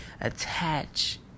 attach